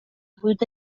حدود